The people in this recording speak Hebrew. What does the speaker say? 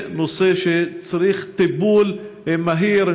זה נושא שצריך טיפול מהיר.